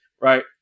right